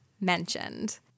mentioned